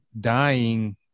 dying